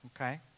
okay